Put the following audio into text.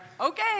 okay